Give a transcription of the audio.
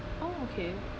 oh okay